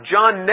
John